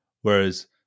Whereas